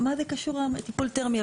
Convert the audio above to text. מה זה קשור טיפול תרמי?